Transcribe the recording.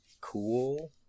cool